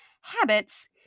habits